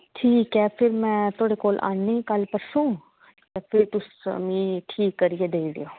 ठीक ऐ फिर में थुआढ़े कोल आनी कल्ल परसों ते फिर तुस मिगी ठीक करियै देई ओड़ेओ